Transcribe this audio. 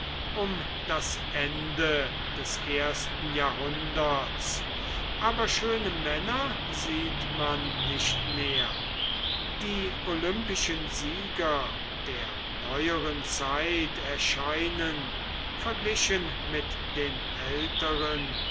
um das ende des ersten jahrhunderts aber schöne männer sieht man nicht mehr die olympischen sieger der neueren zeit erscheinen verglichen mit den älteren